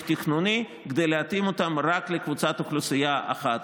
תכנוני כדי להתאים אותן רק לקבוצת אוכלוסייה אחת.